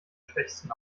schwächsten